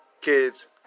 Kids